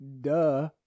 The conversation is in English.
duh